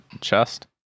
chest